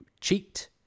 cheat